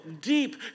deep